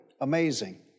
Amazing